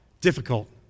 Difficult